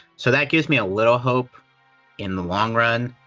so that gives me a little hope in the long run,